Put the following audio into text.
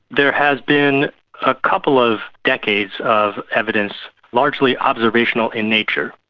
there has been a couple of decades of evidence, largely observational in nature,